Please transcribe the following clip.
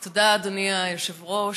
תודה, אדוני היושב-ראש.